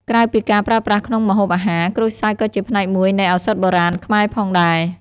ក្រៅពីការប្រើប្រាស់ក្នុងម្ហូបអាហារ ក្រូចសើចក៏ជាផ្នែកមួយនៃ ឱសថបុរាណ ខ្មែរផងដែរ។